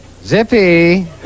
Zippy